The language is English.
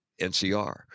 NCR